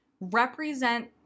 represent